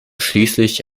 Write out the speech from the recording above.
schließlich